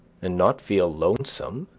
and not feel lonesome,